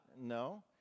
No